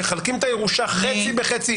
מחלקים את הירושה שווה בשווה,